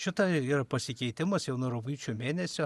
šita yra pasikeitimas jau nuo rugpjūčio mėnesio